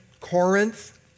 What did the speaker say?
Corinth